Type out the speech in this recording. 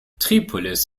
tripolis